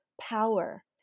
power